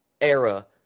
era